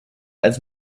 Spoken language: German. als